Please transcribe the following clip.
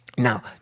Now